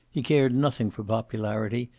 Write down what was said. he cared nothing for popularity,